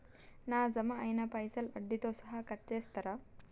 నా జమ అయినా పైసల్ వడ్డీతో సహా కట్ చేస్తరా?